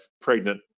pregnant